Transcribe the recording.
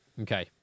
Okay